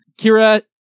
Kira